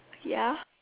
ya